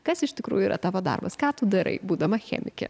kas iš tikrųjų yra tavo darbas ką tu darai būdama chemike